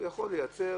הוא יכול לייצר.